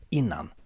innan